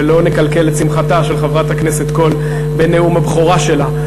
ולא נקלקל את שמחתה של חברת הכנסת קול בנאום הבכורה שלה.